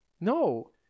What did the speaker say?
No